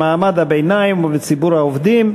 במעמד הביניים ובציבור העובדים.